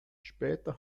später